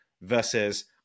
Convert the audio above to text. versus